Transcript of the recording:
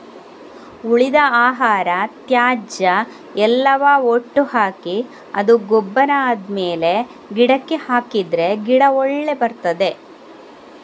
ಉಳಿದ ಆಹಾರ, ತ್ಯಾಜ್ಯ ಎಲ್ಲವ ಒಟ್ಟು ಹಾಕಿ ಅದು ಗೊಬ್ಬರ ಆದ್ಮೇಲೆ ಗಿಡಕ್ಕೆ ಹಾಕಿದ್ರೆ ಗಿಡ ಒಳ್ಳೆ ಬರ್ತದೆ